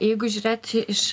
jeigu žiūrėti iš